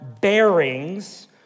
bearings